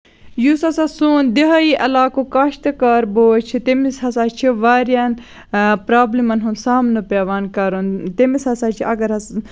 یُس ہسا سون دِہٲیی علاقُک کاشتکار بوے چھُ تٔمِس ہسا چھِ واریاہَن پروبلِمَن ہُند سامنہٕ پیوان کَرُن تٔمِس ہسا چھُ اَگر حظ